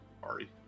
sorry